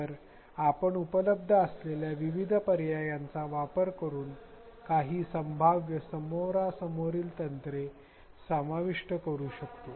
तर आपण उपलब्ध असलेल्या विविध पर्यायांचा वापर करून काही संभाव्य समोरासमोरील सत्रे समाविष्ट करू शकतो